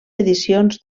edicions